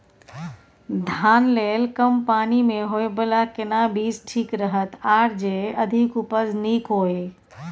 धान लेल कम पानी मे होयबला केना बीज ठीक रहत आर जे अधिक उपज नीक होय?